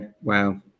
wow